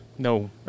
No